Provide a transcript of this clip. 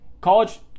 College